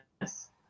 Yes